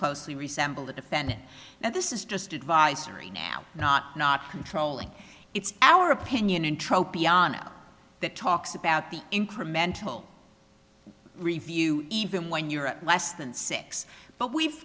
closely resemble the defendant and this is just advisory now not not controlling it's our opinion intro bianna that talks about the incremental review even when you're less than six but we've